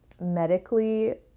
medically